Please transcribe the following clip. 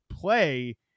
play